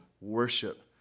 worship